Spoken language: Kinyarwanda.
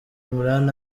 imran